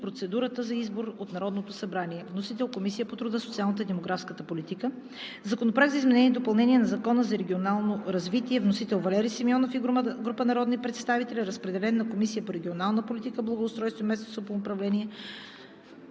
процедурата за избор от Народното събрание. Вносител – Комисията по труда, социалната и демографската политика. Законопроект за изменение и допълнение на Закона за регионално развитие. Вносители – Валери Симеонов и група народни представители. Разпределен е на водещата Комисия по регионална политика, благоустройство и местно самоуправление